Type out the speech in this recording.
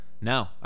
No